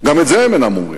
גם את זה הם אינם אומרים.